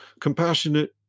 compassionate